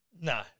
No